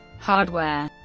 hardware